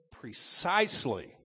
precisely